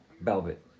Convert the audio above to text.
velvet